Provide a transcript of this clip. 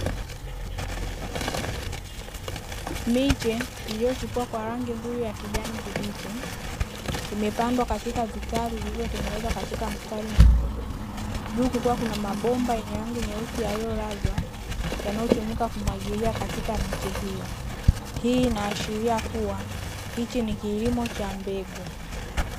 Miche iliyochipua kwa rangi nzuri ya kijani kibichi imepandwa katika vitalu vilivyotengenezwa katika mstari mnyoofu juu kukiwa kuna mabomba yenye rangi nyeusi yaliyolazwa yanayotumika kumwagilia katika miche hiyo, hii inaashiria kuwa hichi ni kilimo cha mbegu.